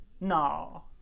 No